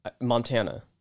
Montana